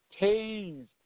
tased